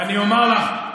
אני אומר לך,